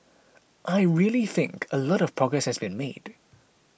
I really think a lot of progress has been made